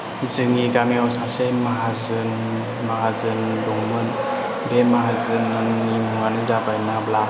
जोंनि गामियाव सासे माहाजोन माहाजोन दंमोन बे माहाजोननि मुङानो जाबाय नाब्ला